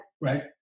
right